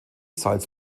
salz